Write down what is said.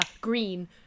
green